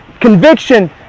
conviction